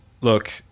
Look